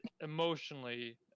emotionally